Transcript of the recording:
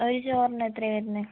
ഒരു ചോറിന് എത്രയാ വരുന്നേ